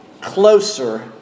Closer